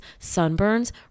sunburns